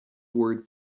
word